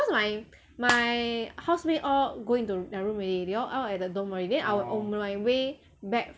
cause my my house mate all go into their room already they all all at their dorm already then I'm on my way back